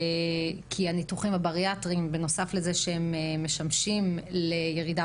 כי בנוסף לכך שהניתוחים הבריאטריים משמשים לירידה